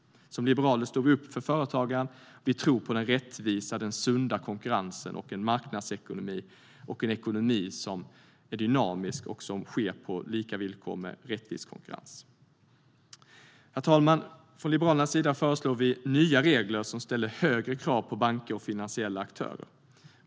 Som liberaler står vi upp för företagaren. Vi tror på den rättvisa, sunda konkurrensen och en ekonomi, en marknadsekonomi, som är dynamisk och på lika villkor med rättvis konkurrens. Herr talman! Från Liberalernas sida föreslår vi nya regler som ställer högre krav på banker och finansiella aktörer.